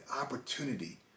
opportunity